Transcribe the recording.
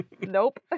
Nope